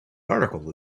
article